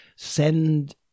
Send